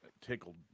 tickled